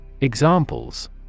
Examples